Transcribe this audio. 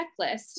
checklist